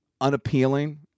unappealing